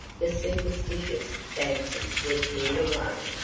the superstitious fancies were cleared away,